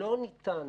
לא ניתן